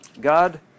God